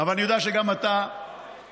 אבל אני יודע שגם אתה מיצית,